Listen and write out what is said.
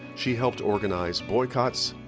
she helped organize boycotts,